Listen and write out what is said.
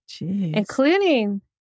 including